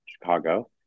Chicago